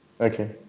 Okay